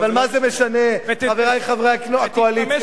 אבל מה זה משנה, חברי חברי הקואליציה?